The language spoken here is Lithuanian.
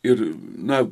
ir na